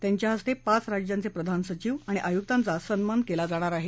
त्यांच्या हस्ते पांच राज्यांचे प्रधान सचिव आणि आयुक्तांचा सन्मान केला जाणार आहे